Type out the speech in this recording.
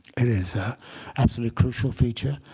it is an absolutely crucial feature.